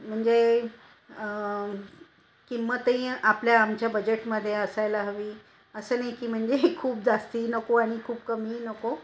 म्हणजे किंमतही आपल्या आमच्या बजेटमध्ये असायला हवी असं नाही की म्हणजे खूप जास्त नको आणि खूप कमीही नको